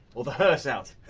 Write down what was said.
or the hearse out,